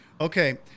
Okay